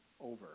over